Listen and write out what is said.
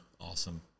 awesome